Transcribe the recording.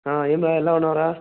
ఏం రా ఎలా ఉన్నావ్ రా